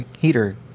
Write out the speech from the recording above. heater